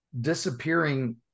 disappearing